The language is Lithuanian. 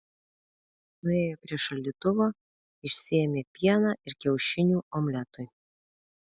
nuėjo prie šaldytuvo išsiėmė pieną ir kiaušinių omletui